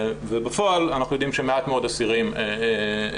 ובפועל אנחנו יודעים שמעט מאוד אסירים משתחררים